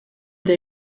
eta